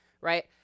Right